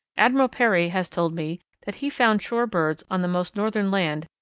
admiral peary has told me that he found shore birds on the most northern land,